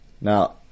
now